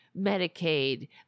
Medicaid